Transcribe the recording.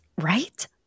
Right